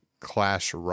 clash